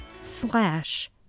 slash